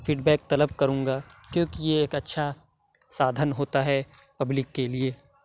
feed back طلب کروں گا کیوں کی یہ ایک اچھا سادھن ہوتا ہے پبلک کے لیے